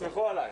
תסמכו עליי.